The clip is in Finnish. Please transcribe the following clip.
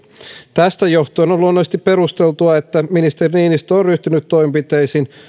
tästä johtuen on luonnollisesti perusteltua että ministeri niinistö on ryhtynyt toimenpiteisiin